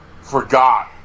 forgot